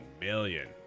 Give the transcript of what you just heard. million